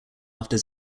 after